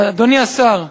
אדוני השר,